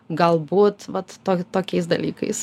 galbūt vat to tokiais dalykais